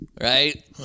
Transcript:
right